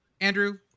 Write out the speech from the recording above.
andrew